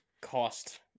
cost